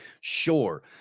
Sure